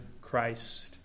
Christ